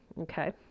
okay